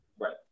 right